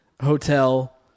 hotel